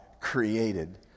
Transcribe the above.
created